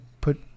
Put